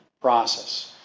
process